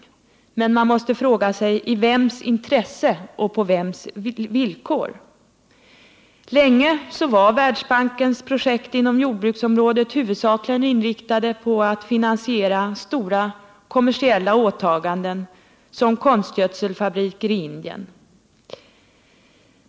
Man måste mot den bakgrunden fråga sig: I vems intresse och på vems villkor? Länge var Världsbankens projekt inom jordbruksområdet huvudsakligen inriktade på att finansiera stora kommersiella åtaganden som konstgödselfabriker i Indien.